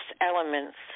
elements